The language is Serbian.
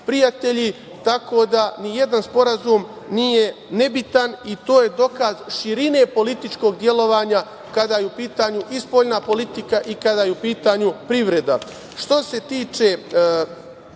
tako da ni jedan sporazum nije nebitan i to je dokaz širine političkog delovanja kada je u pitanju spoljna politika i kada je u pitanju privreda. Što